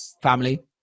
Family